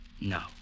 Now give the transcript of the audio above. No